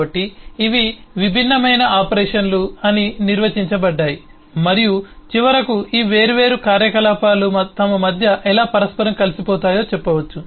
కాబట్టి ఇవి విభిన్నమైన ఆపరేషన్లు అని నిర్వచించబడ్డాయి మరియు చివరకు ఈ వేర్వేరు కార్యకలాపాలు తమ మధ్య ఎలా పరస్పరం కలిసిపోతాయో చెప్పవచ్చు